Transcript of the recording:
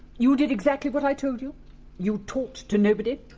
you did exactly what i told you you talked to nobody?